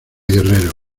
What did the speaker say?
guerrero